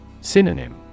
Synonym